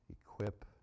equip